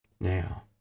Now